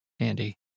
Andy